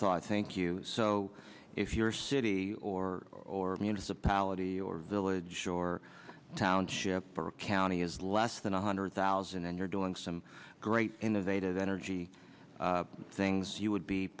thought thank you so if your city or municipality or village or township or county is less than one hundred thousand and you're doing some great innovative energy things you would be